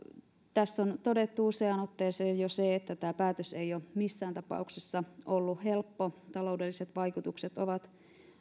tässä on todettu useaan otteeseen jo se että tämä päätös ei ole missään tapauksessa ollut helppo taloudelliset vaikutukset ovat